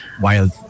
Wild